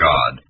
God